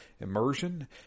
immersion